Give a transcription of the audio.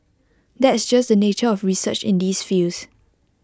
that's just the nature of research in these fields